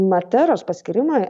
materos paskyrimai